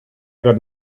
got